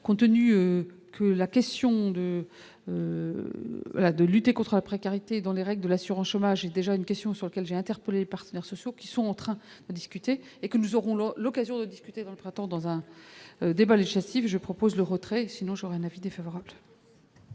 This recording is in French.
contenu que la question de la de lutter contre la précarité dans les règles de l'assurance chômage est déjà une question sur lequel j'ai interpellé les partenaires sociaux qui sont en train de discuter et que nous aurons là l'occasion de discuter printemps dans un débat législatif, je propose le retrait, sinon j'aurais un avis défavorable.